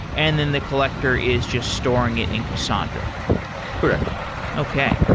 and then the collector is just storing it in cassandra correct okay.